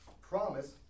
promise